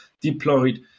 deployed